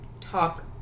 talk